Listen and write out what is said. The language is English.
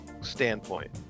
standpoint